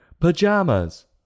pajamas